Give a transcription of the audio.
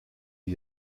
die